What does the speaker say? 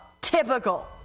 Typical